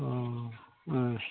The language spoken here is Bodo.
अ ओ